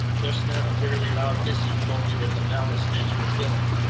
just then a fairly loud hissing told me that the ballast tanks were filling,